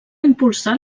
impulsar